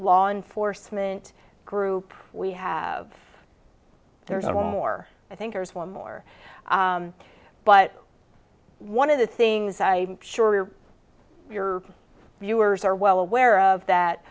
law enforcement group we have there's one more i think there's one more but one of the things i sure your viewers are well aware of that